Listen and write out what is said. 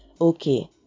Okay